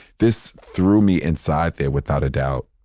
this threw me inside there, without a doubt.